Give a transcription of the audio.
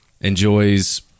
enjoys